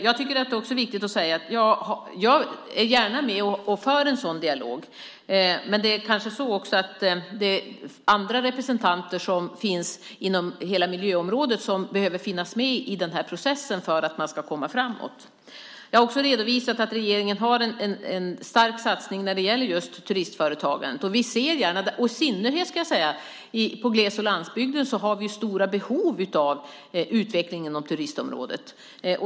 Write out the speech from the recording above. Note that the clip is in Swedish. Jag är gärna med och för en sådan dialog. Men det är andra representanter som finns inom hela miljöområdet som behöver finnas med i processen för att man ska komma framåt. Jag har också redovisat att regeringen har en stark satsning när det gäller just turistföretagandet. I synnerhet på gles och landsbygden har vi stora behov av utveckling inom turistområdet.